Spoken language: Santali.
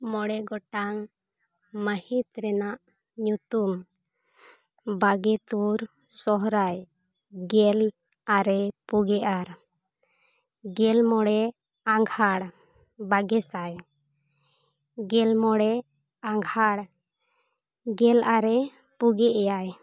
ᱢᱚᱬᱮ ᱜᱚᱴᱟᱝ ᱢᱟᱦᱤᱛ ᱨᱮᱱᱟᱜ ᱧᱩᱛᱩᱢ ᱵᱟᱜᱮ ᱛᱩᱨ ᱥᱚᱦᱚᱨᱟᱭ ᱜᱮᱞ ᱟᱨᱮ ᱯᱩᱜᱮ ᱟᱨ ᱜᱮᱞᱢᱚᱬᱮ ᱟᱸᱜᱷᱟᱲ ᱵᱟᱜᱮ ᱥᱟᱭ ᱜᱮᱞ ᱢᱚᱬᱮ ᱟᱸᱜᱷᱟᱲ ᱜᱮᱞ ᱟᱨᱮ ᱯᱩᱜᱮ ᱮᱭᱟᱭ